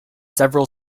several